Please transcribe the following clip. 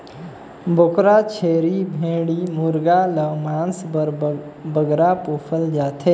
बोकरा, छेरी, भेंड़ी मुरगा ल मांस बर बगरा पोसल जाथे